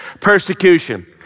persecution